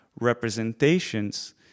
representations